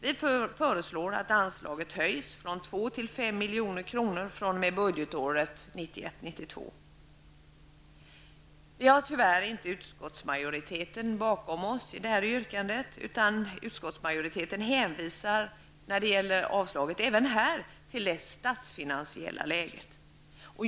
Vi föreslår att anslaget höjs från 2 till 5 milj.kr. fr.o.m. budgetåret 1991/92. Vi har tyvärr inte utskottsmajoriteten med oss i detta yrkande. Utskottsmajoriteten hänvisar även här till det statsfinansiella läget.